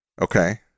Okay